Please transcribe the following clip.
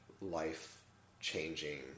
life-changing